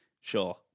Sure